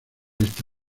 oeste